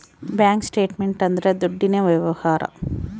bank statement ಅಂದ್ರ ದುಡ್ಡಿನ ವ್ಯವಹಾರ